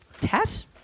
Tat